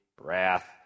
wrath